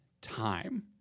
time